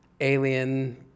alien